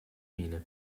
mine